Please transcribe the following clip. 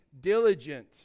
diligent